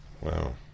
Wow